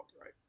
Right